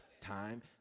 Time